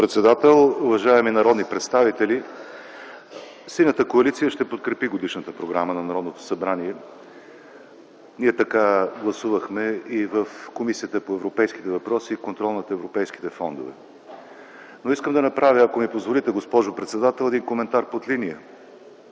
Госпожо председател, уважаеми народни представители, Синята коалиция ще подкрепи Годишната програма на Народното събрание. Ние така гласувахме и в Комисията по европейските въпроси и контрол на европейските фондове. Ако ми позволите, госпожо председател, искам да направя един коментар под линия.